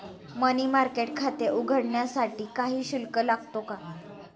मनी market खाते उघडण्यासाठी काही शुल्क लागतो का?